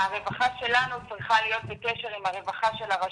הרווחה שלנו צריכה להיות בקשר עם הרווחה של הרשות,